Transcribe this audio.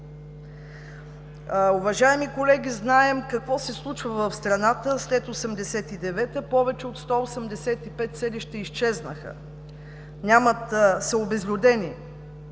Уважаеми колеги, знаем какво се случва в страната след 1989 г. – повече от 185 селища изчезнаха, обезлюдени